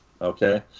Okay